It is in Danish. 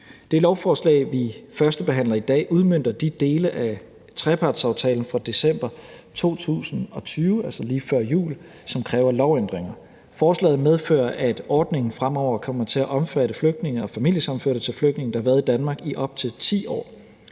Det lovforslag, som vi førstebehandler i dag, udmønter de dele af trepartsaftalen fra december 2020, altså lige før jul, som kræver lovændringer. Forslaget medfører, at ordningen fremover kommer til at omfatte flygtninge og familiesammenførte til flygtninge, der har været i Danmark i op til 10 år.